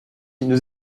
nous